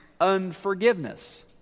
unforgiveness